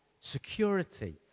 security